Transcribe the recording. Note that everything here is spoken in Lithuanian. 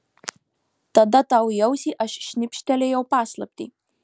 tada tau į ausį aš šnibžtelėjau paslaptį